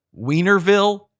Wienerville